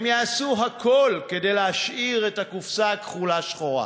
הם יעשו הכול כדי להשאיר את הקופסה הכחולה שחורה.